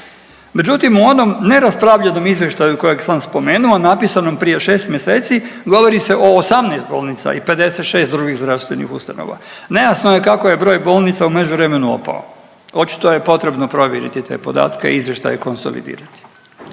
Međutim u onom neraspravljenom izvještaju kojeg sam spomenuo, napisanom prije 6 mjeseci, govori se o 18 bolnica i 56 drugih zdravstvenih ustanova. Nejasno je kako je broj bolnica u međuvremenu opao, očito je potrebno provjeriti te podatke i izvještaje konsolidirati.